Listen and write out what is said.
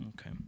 Okay